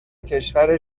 کشور